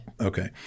Okay